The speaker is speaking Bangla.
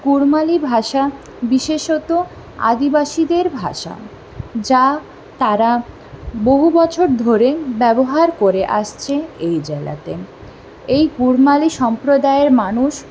কুড়মালি ভাষা বিশেষত আদিবাসীদের ভাষা যা তারা বহু বছর ধরে ব্যবহার করে আসছে এই জেলাতে এই কুড়মালি সম্প্রদায়ের মানুষ